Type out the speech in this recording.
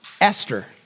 Esther